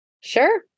Sure